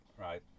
right